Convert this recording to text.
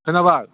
खोनाबाय